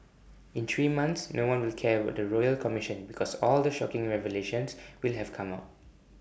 in three months no one will care about the royal commission because all the shocking revelations will have come out